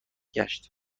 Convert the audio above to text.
گشت